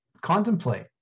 contemplate